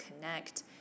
connect